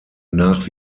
nach